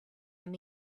and